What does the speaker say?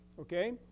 Okay